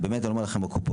באמת אני אומר לכם בקופות,